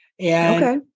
Okay